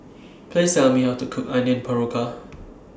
Please Tell Me How to Cook Onion